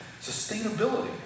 sustainability